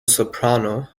soprano